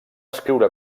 escriure